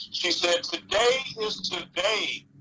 she said, today is today,